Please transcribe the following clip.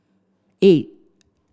eight